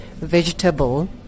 vegetable